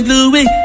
Louis